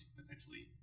potentially